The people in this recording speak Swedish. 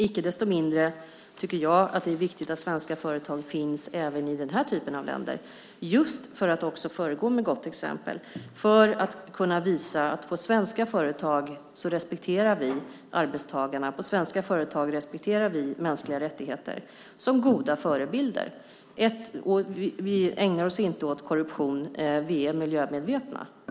Icke desto mindre tycker jag att det är viktigt att svenska företag även finns i den typen av länder, just för att föregå med gott exempel och visa att på svenska företag respekterar vi arbetstagarna, på svenska företag respekterar vi mänskliga rättigheter. Det gäller att föregå med gott exempel och visa att vi inte ägnar oss åt korruption samt att vi är miljömedvetna.